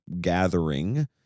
gathering